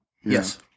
Yes